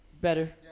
Better